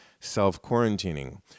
self-quarantining